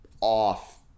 off